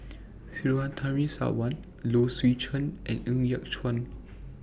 Surtini Sarwan Low Swee Chen and Ng Yat Chuan